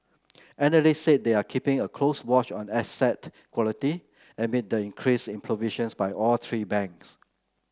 analysts said they are keeping a close watch on asset quality amid the increase in provisions by all three banks